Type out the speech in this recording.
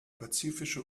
pazifische